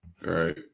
right